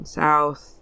south